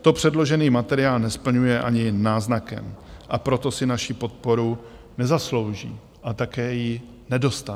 To předložený materiál nesplňuje ani náznakem, a proto si naši podporu nezaslouží a také ji nedostane.